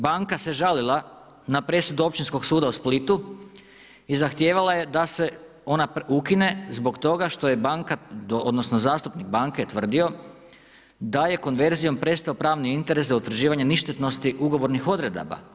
Banka se žalila na presudu Općinskog suda u Splitu i zahtijevala je da se ona ukine zbog toga što je zastupnik banke tvrdio da je konverzijom prestao pravni interes za utvrđivanje ništetnosti ugovornih odredaba.